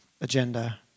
agenda